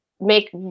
make